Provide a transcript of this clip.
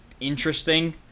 interesting